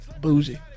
Bougie